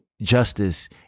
Justice